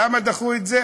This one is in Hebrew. למה דחו את זה?